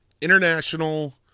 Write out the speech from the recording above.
international